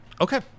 okay